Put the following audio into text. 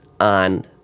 on